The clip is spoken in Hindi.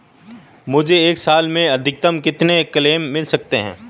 मुझे एक साल में अधिकतम कितने क्लेम मिल सकते हैं?